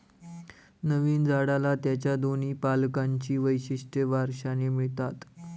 नवीन झाडाला त्याच्या दोन्ही पालकांची वैशिष्ट्ये वारशाने मिळतात